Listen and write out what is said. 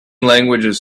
languages